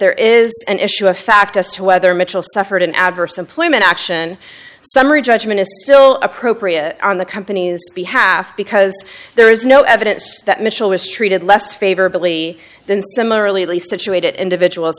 there is an issue of fact as to whether mitchell suffered an adverse employment action summary judgment is still appropriate on the company's behalf because there is no evidence that mitchell was treated less favorably than similarly situated individuals